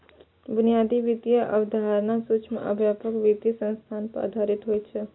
बुनियादी वित्तीय अवधारणा सूक्ष्म आ व्यापक वित्तीय सिद्धांत पर आधारित होइ छै